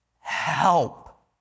help